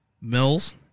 Mills